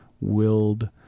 willed